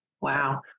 wow